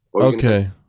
Okay